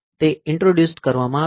તે ઇંટ્રોડ્યુસ્ડ કરવામાં આવ્યું છે